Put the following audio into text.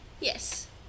Yes